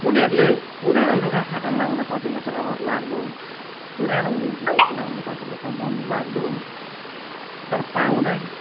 उनीहरूले पुरानो लुगा फाटा लगाउन कतिलाई त रहर लाग्दो हो अन्त पुरानो लगाउनु कतिलाई त मन लाग्दो हो अन्त तर पाउँदैन